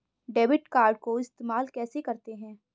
Debit card को इस्तेमाल कैसे करते हैं?